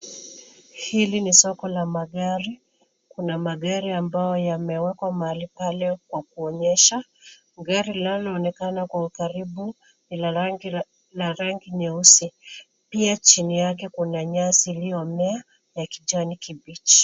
Hili ni soko la magari. Kuna magari ambayo yamewekwa mahali pale kwa kuonyesha. Gari linalonekana kwa ukaribu ni la rangi nyeusi. Pia chini yake kuna nyasi iliyomea ya kijani kibichi.